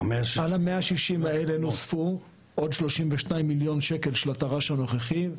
על ה-160 האלה נוספו עוד 32 מיליון ₪ של התר"ש הנוכחי,